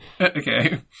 Okay